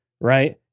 right